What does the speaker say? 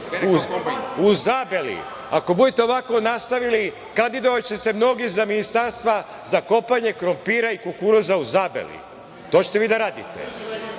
U Zabeli. Ako budete ovako nastavili, kandidovaće se mnogi za ministarstva za kopanje krompira i kukuruza u Zabeli. To ćete vi da radite.A